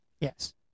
Yes